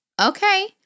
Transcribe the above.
Okay